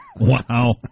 Wow